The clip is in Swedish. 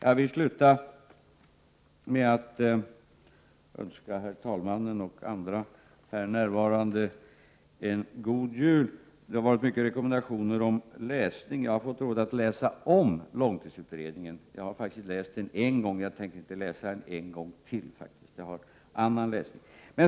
Jag vill sluta med att önska herr talmannen och andra här närvarande en god jul. Det har varit mycket rekommendationer om läsning, och jag fått rådet att läsa om långtidsutredningen. Jag har faktiskt läst den en gång och tänker inte läsa den en gång till, för jag har annan läsning.